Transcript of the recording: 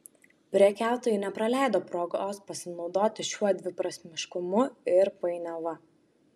prekiautojai nepraleido progos pasinaudoti šiuo dviprasmiškumu ir painiava